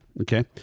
okay